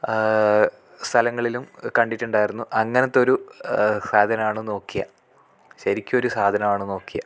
സലങ്ങളിലും കണ്ടിട്ടുണ്ടായിരുന്നു അങ്ങനെത്തൊരു സാധനമാണ് നോക്കിയാ ശരിക്കൊരു സാധനമാണ് നോക്കിയ